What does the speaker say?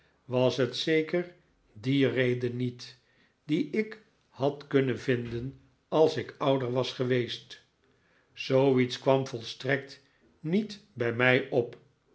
was het zeker die reden niet die ik had kunnen vinden als ik ouder was geweest zooiets kwam volstrekt niet bij mij op